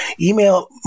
Email